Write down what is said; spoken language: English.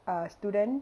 uh student